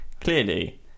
clearly